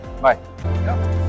Bye